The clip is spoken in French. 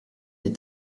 des